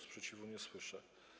Sprzeciwu nie słyszę.